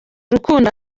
urukundo